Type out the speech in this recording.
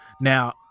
Now